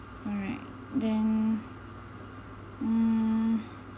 alright then uh